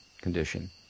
condition